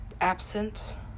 Absent